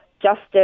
justice